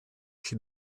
she